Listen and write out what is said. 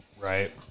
Right